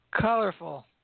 Colorful